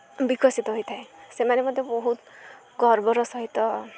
ବିକଶିତ ହୋଇଥାଏ ସେମାନେ ମଧ୍ୟ ବହୁତ ଗର୍ବର ସହିତ